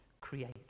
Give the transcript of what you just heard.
create